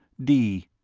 d.